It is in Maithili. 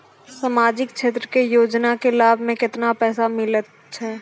समाजिक क्षेत्र के योजना के लाभ मे केतना पैसा मिलै छै?